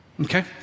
okay